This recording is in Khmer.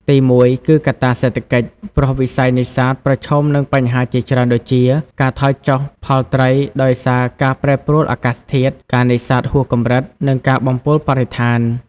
ទីមួយ គឺកត្តាសេដ្ឋកិច្ច ព្រោះវិស័យនេសាទប្រឈមនឹងបញ្ហាជាច្រើនដូចជា ការថយចុះផលត្រីដោយសារការប្រែប្រួលអាកាសធាតុ ការនេសាទហួសកម្រិត និងការបំពុលបរិស្ថាន។